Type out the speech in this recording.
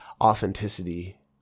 authenticity